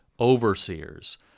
overseers